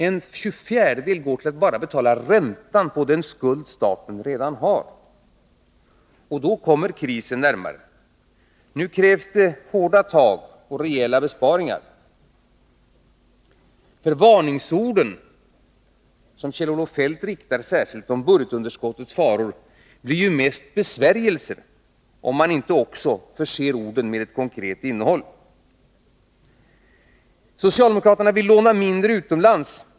En fjärdedel går till att betala räntan på den skuld som staten redan har. Och då kommer krisen närmare. Nu krävs det hårda tag, rejäla besparingar. Kjell-Olof Feldts varningsord om budgetunderskottets faror blir mest besvärjelser om man inte förser orden med ett konkret innehåll. Socialdemokraterna vill låna mindre utomlands.